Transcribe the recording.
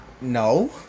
no